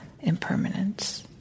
impermanence